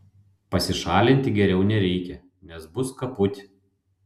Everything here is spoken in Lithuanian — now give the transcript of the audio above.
pasišalinti geriau nereikia nes bus kaput